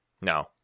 No